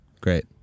Great